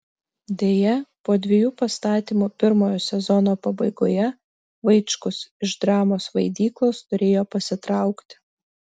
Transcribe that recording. deja po dviejų pastatymų pirmojo sezono pabaigoje vaičkus iš dramos vaidyklos turėjo pasitraukti